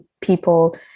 people